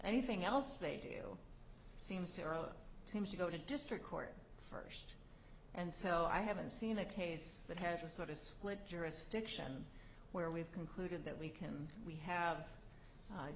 anything else they do seem sarah seems to go to district court and so i haven't seen a case that has a sort of split jurisdiction where we've concluded that we can we have